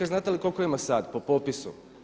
Znate li koliko ima sad po popisu?